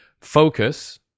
focus